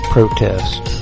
protest